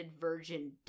virgin